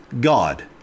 God